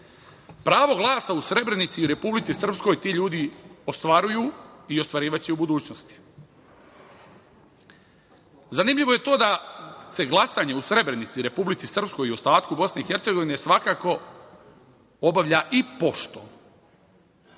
Pravo glasa u Srebrenici i Republici Srpskoj ti ljudi ostvaruju i ostvarivaće i u budućnosti. Zanimljivo je to da se glasanje u Srebrenici i Republici Srpskoj i ostatku Bosne i Hercegovine svakako obavlja i poštom,